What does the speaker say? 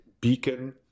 beacon